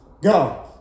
Go